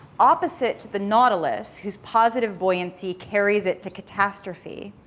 opposite the nautilus, whose positive buoyancy carries it to catastrophe,